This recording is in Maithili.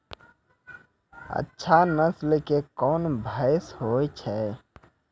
अच्छा नस्ल के कोन भैंस होय छै?